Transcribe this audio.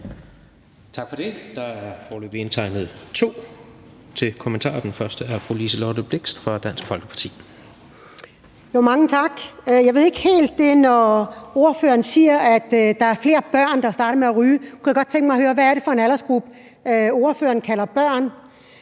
Tak for det. Der er foreløbig indtegnet to til kommentarer. Den første er fru Liselott Blixt fra Dansk Folkeparti. Kl. 20:13 Liselott Blixt (DF): Mange tak. Når ordføreren siger, at der er flere børn, der starter med at ryge, kunne jeg godt tænke mig at høre: Hvad er det for en aldersgruppe, ordføreren kalder børn?